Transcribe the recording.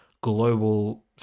global